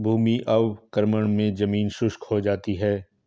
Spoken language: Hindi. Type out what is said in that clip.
भूमि अवक्रमण मे जमीन शुष्क हो जाती है